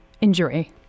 injury